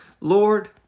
Lord